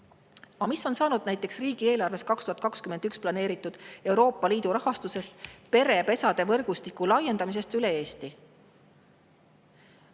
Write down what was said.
mis on saanud näiteks riigieelarves 2021 planeeritud Euroopa Liidu rahastusest perepesade võrgustiku laiendamiseks üle Eesti?